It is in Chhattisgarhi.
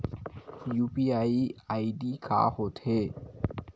यू.पी.आई आई.डी का होथे?